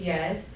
Yes